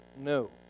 no